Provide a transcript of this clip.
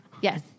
Yes